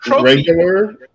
regular